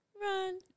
run